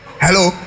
Hello